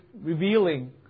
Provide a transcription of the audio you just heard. Revealing